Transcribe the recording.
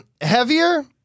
Heavier